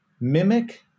mimic